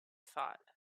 thought